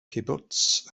cibwts